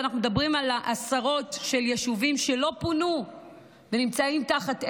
ואנחנו מדברים על עשרות של יישובים שלא פונו ונמצאים תחת אש,